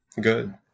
Good